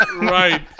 right